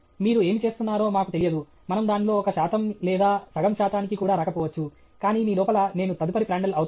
మీరు ఏమి చేస్తున్నారో మాకు తెలియదు మనము దానిలో ఒక శాతం లేదా సగం శాతానికి కూడా రాకపోవచ్చు కానీ మీ లోపల నేను తదుపరి ప్రాండ్ట్ల్ అవుతానా